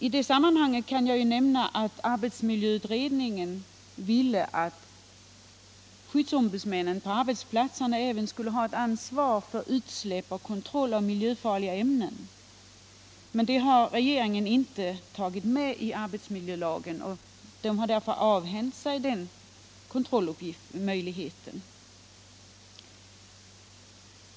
I det sammanhanget kan jag nämna att arbetsmiljöutredningen ville att skyddsombudsmännen på arbetsplatserna även skulle ha ansvar för utsläpp och kontroll av miljöfarliga ämnen, men det har regeringen inte tagit med i arbetsmiljölagen. Man har därmed avhänt sig den kontrollmöjligheten.